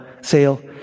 sale